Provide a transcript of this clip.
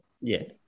Yes